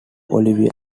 olivia